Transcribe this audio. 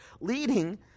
leading